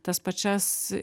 tas pačias